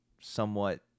somewhat